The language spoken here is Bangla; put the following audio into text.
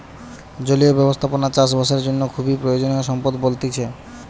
জলীয় ব্যবস্থাপনা চাষ বাসের জন্য খুবই প্রয়োজনীয় সম্পদ বলতিছে